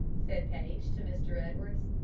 said paige to mr. edwards.